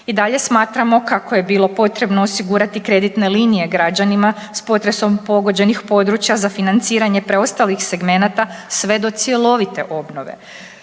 I dalje smatramo kako je bilo potrebno osigurati kreditne linije građanima s potresom pogođenih područja za financiranje preostalih segmenata sve do cjelovite obnove.